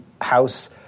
house